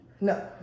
No